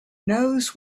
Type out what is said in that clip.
knows